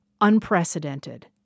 unprecedented